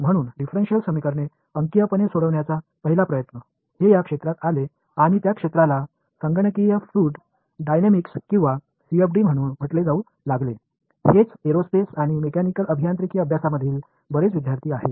म्हणून डिफरेन्शिएल समीकरण अंकीयपणे सोडविण्याचा पहिला प्रयत्न हे या क्षेत्रात आले आणि त्या क्षेत्राला संगणकीय फ्ल्युड डायनेमिक्स किंवा सीएफडी म्हटले जाऊ लागले हेच एरोस्पेस आणि मेकॅनिकल अभियांत्रिकी अभ्यासामधील बरेच विद्यार्थी आहेत